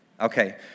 Okay